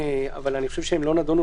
אבל אני חושב שהן לא נדונו,